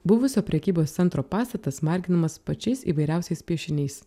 buvusio prekybos centro pastatas marginamas pačiais įvairiausiais piešiniais